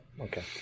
okay